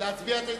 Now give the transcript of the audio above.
להצביע.